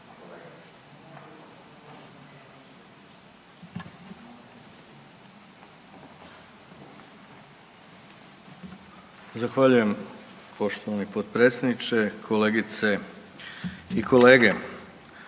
Zahvaljujem poštovani potpredsjedniče, kolegice i kolege.